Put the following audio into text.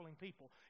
people